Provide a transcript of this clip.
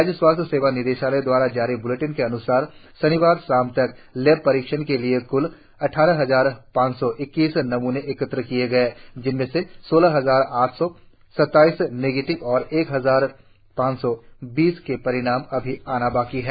राज्य स्वास्थ्य सेवा निदेशालय द्वारा जारी ब्लेटिन के अन्सार शनिवार शाम तक लैब परीक्षण के लिए क्ल अद्वारह हजार पाच सौ इक्कीस नमूने एकत्र किए गए हैं जिनमें से सौलह हजार आठ सौ सत्ताइस निगेटिव और एक हजार पाच सौ बीस के परिणाम अभी आना बाकी है